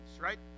right